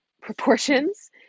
proportions